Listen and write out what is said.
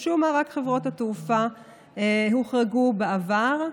משום מה רק חברות התעופה הוחרגו בעבר.